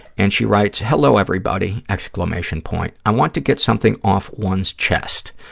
and she writes, hello, everybody, exclamation point. i want to get something off one's chest.